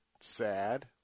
sad